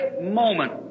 moment